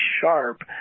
sharp